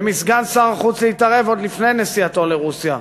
ומסגן שר החוץ להתערב עוד לפני נסיעתו לרוסיה,